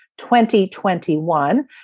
2021